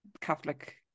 Catholic